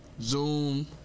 Zoom